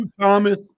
Thomas